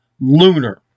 lunar